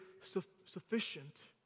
sufficient